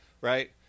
right